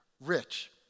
rich